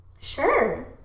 Sure